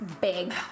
big